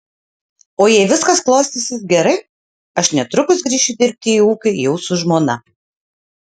o jei viskas klostysis gerai aš netrukus grįšiu dirbti į ūkį jau su žmona